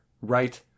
right